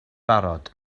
barod